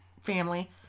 family